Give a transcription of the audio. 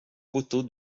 poteau